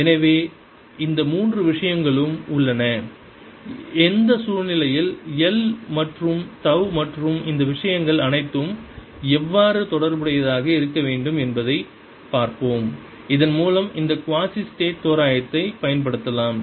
எனவே இந்த மூன்று விஷயங்களும் உள்ளன எந்த சூழ்நிலையில் l மற்றும் தவ் மற்றும் இந்த விஷயங்கள் அனைத்தும் எவ்வாறு தொடர்புடையதாக இருக்க வேண்டும் என்பதைப் பார்ப்போம் இதன்மூலம் இந்த குவாசிஸ்டேடிக் தோராயத்தைப் பயன்படுத்தலாம்